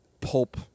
pulp